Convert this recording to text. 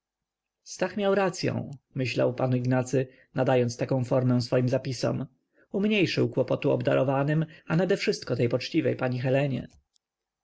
stach miał racyą myślał pan ignacy nadając taką formę swoim zapisom umniejszył kłopotu obdarowanym a nade wszystko tej poczciwej pani helenie